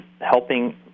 helping